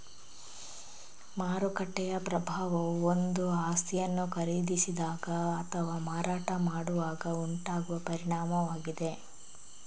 ಮಾರುಕಟ್ಟೆಯ ಪ್ರಭಾವವು ಒಂದು ಆಸ್ತಿಯನ್ನು ಖರೀದಿಸಿದಾಗ ಅಥವಾ ಮಾರಾಟ ಮಾಡುವಾಗ ಉಂಟಾಗುವ ಪರಿಣಾಮವಾಗಿದೆ